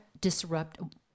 disrupt